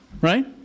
Right